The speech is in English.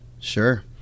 sure